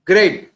Great